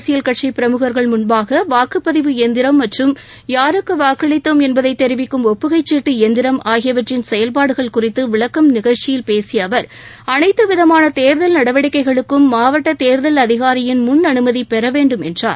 அரசியல் கட்சி பிரமுகர்கள் முன்பாக வாக்குப்பதிவு இயந்திரம் மற்றும் யாருக்கு வாக்களித்தோம் என்பதை தெரிவிக்கும் ஒப்புகைச் சீட்டு இயந்திரம் ஆகியவற்றின் செயல்பாடுகள் குறித்து விளக்கும் நிகழ்ச்சியில் பேசிய அவர் அனைத்து விதமான தேர்தல் நடவடிக்கைகளுக்கும் மாவட்ட தேர்தல் அதிகாரியின் முன்அனுமதி பெற வேண்டும் என்றார்